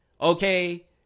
okay